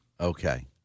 Okay